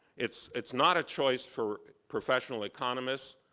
it's it's not a choice for professional economists,